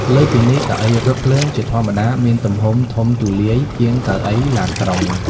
លើសពីនេះ កៅអីរថភ្លើង ជាធម្មតាមានទំហំ ធំទូលាយជាងកៅអីឡានក្រុង។